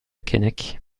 keinec